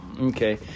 Okay